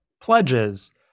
pledges